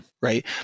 Right